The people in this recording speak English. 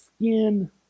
skin